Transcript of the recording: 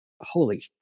holy